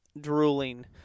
drooling